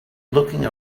looking